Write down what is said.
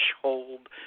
threshold